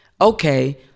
Okay